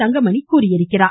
தங்கமணி தெரிவித்துள்ளார்